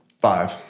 Five